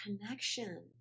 connection